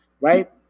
right